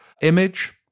image